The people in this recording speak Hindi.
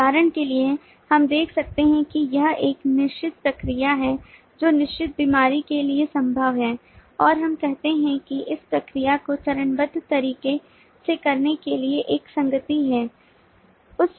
उदाहरण के लिए हम देख सकते हैं कि यह एक निश्चित प्रक्रिया है जो निश्चित बीमारी के लिए संभव है और हम कहते हैं कि इस प्रक्रिया को चरणबद्ध तरीके से करने के लिए एक संगति है